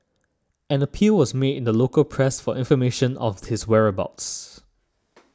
an appeal was made the local press for information of his whereabouts